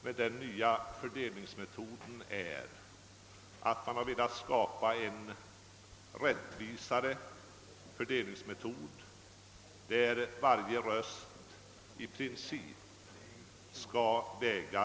Med den nya fördelningsmetoden har man velat skapa en rättvisare fördelning, så att varje röst i princip väger lika tungt.